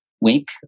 week